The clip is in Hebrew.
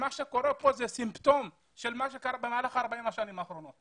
מה שקורה כאן זה סימפטום של מה שקרה במהלך 40 השנים האחרונות.